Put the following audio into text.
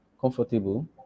comfortable